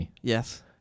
Yes